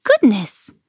goodness